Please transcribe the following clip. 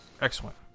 Excellent